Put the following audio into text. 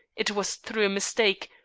it was through a mistake,